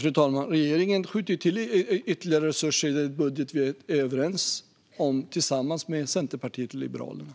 Fru talman! Regeringen skjuter till ytterligare resurser i den budget som vi är överens om tillsammans med Centerpartiet och Liberalerna.